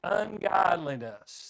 ungodliness